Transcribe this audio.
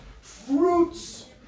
Fruits